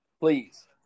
Please